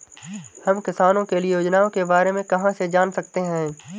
हम किसानों के लिए योजनाओं के बारे में कहाँ से जान सकते हैं?